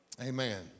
Amen